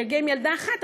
אגיע עם ילדה אחת,